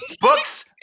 books